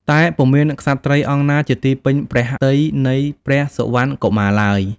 តែពុំមានក្សត្រីអង្គណាជាទីពេញព្រះទ័យនៃព្រះសុវណ្ណកុមារឡើយ។